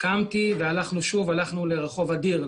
קמתי ושוב הלכנו לרחוק אדיר,